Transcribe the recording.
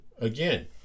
again